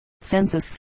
Census